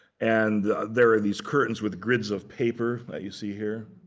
and there are these curtains with grids of paper, that you see here,